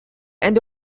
end